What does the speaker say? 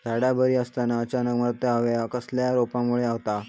झाडा बरी असताना अचानक मरता हया कसल्या रोगामुळे होता?